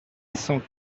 sur